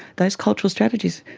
those cultural strategies,